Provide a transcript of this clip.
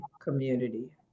community